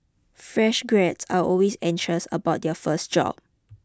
fresh graduates are always anxious about their first job